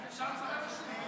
אפשר לצרף אותי?